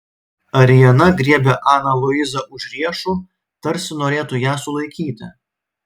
ariana griebė aną luizą už riešų tarsi norėtų ją sulaikyti